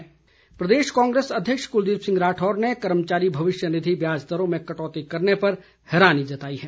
कांग्रे स प्रदेश कांग्रेस अध्यक्ष कुलदीप सिंह राठौर ने कर्मचारी भविष्य निधि ब्याज दरों में कटौती करने पर हैरानी जताई है